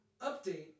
update